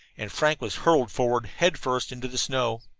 and frank was hurtled forward head first into the snow.